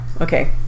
Okay